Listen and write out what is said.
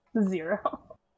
Zero